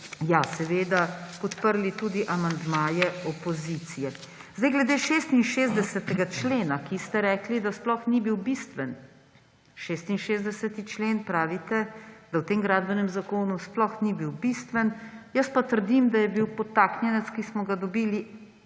ja, seveda, podprli tudi amandmaje opozicije. Glede 66. člena, za katerega ste rekli, da sploh ni bil bistven. Pravite, da 66. člen v tem gradbenem zakonu sploh ni bil bistven, jaz pa trdim, da je bil podtaknjenec, ki smo ga dobili